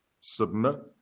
Submit